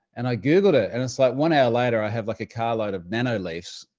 and i googled it, and it's like, one hour later i have, like, a car load of nanoleafs.